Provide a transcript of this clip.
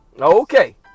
Okay